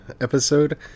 episode